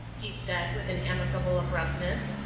he said with an amicable abruptness.